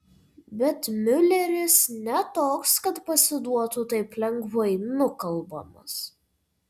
bet miuleris ne toks kad pasiduotų taip lengvai nukalbamas